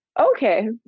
okay